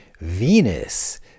Venus